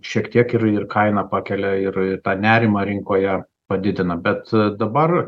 šiek tiek ir kainą pakelia ir tą nerimą rinkoje padidina bet dabar